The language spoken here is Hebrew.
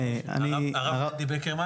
הרב מנדי בקרמן,